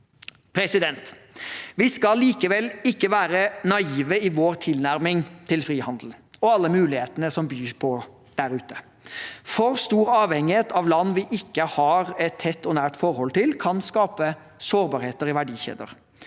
avhengig av. Vi skal likevel ikke være naive i vår tilnærming til frihandel og alle mulighetene det bys på der ute. For stor avhengighet av land vi ikke har et tett og nært forhold til, kan skape sårbarheter i verdikjeder.